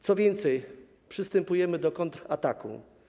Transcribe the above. Co więcej, przystępujemy do kontrataku.